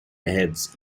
heads